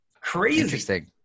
Crazy